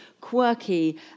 quirky